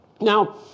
Now